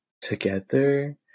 together